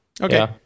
Okay